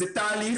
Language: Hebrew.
זה תהליך.